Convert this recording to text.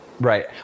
Right